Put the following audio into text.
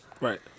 Right